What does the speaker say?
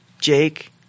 Jake